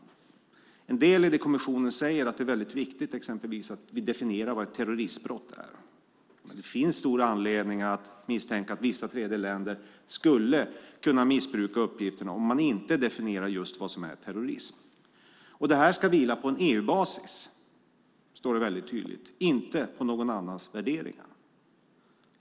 En del är det kommissionen säger om att det är väldigt viktigt att vi exempelvis definierar vad ett terroristbrott är. Det finns stor anledning att misstänka att vissa tredjeländer skulle kunna missbruka uppgifterna om man inte just definierar vad som är terrorism. Detta ska vila på EU-basis, står det väldigt tydligt - inte på någon annans värderingar.